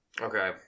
Okay